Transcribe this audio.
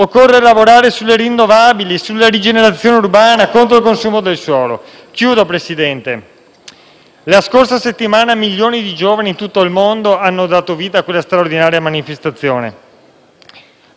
La scorsa settimana milioni di giovani in tutto il mondo hanno dato vita a una straordinaria manifestazione. Li ha uniti il coraggio, l'esempio, la determinazione di Greta Thunberg, una giovane ragazza di sedici anni.